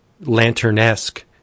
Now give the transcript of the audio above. lantern-esque